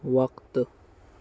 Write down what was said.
وقت